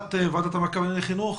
הנהלת ועדת המעקב לענייני חינוך,